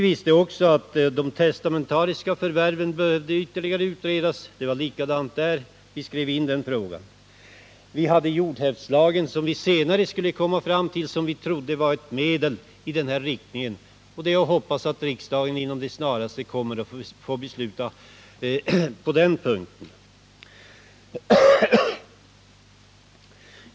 Vi visste också att frågan om de testamentariska förvärven behövde utredas ytterligare. Det var likadant där — vi skrev in detta i betänkandet. Jordhävdslagen, som vi senare skulle komma fram till, trodde vi var ett medel i den här riktningen. Det är bara att hoppas att riksdagen inom det snaraste kommer att fatta beslut på den punkten.